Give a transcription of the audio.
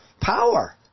power